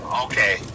Okay